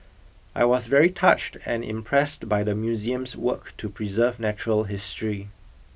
I was very touched and impressed by the museum's work to preserve natural history